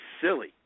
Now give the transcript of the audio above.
silly